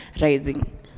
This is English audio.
rising